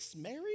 married